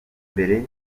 mbere